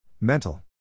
Mental